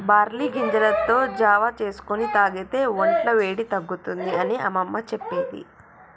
barley గింజలతో జావా చేసుకొని తాగితే వొంట్ల వేడి తగ్గుతుంది అని అమ్మమ్మ చెప్పేది